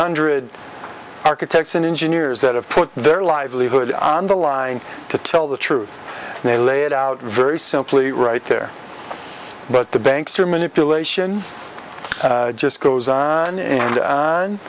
hundred architects and engineers that have put their livelihood on the line to tell the truth and they lay it out very simply right there but the banks are manipulation just goes on and